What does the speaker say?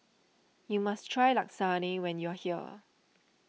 you must try Lasagne when you are here